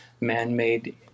man-made